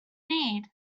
need